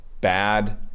bad